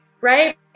Right